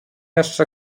jeszcze